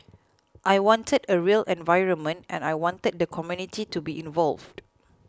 I wanted a real environment and I wanted the community to be involved